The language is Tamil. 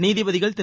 நீதிபதிகள் திரு